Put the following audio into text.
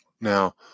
Now